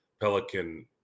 Pelican